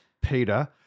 Peter